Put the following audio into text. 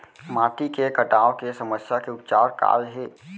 माटी के कटाव के समस्या के उपचार काय हे?